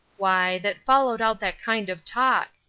why, that followed out that kind of talk.